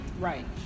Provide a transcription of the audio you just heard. Right